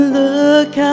look